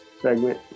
segment